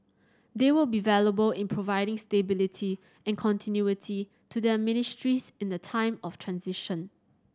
they will be valuable in providing stability and continuity to their ministries in the time of transition